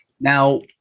Now